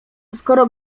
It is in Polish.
skoro